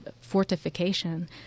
fortification